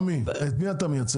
רמי, את מי אתה מייצג?